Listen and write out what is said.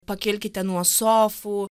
pakilkite nuo sofų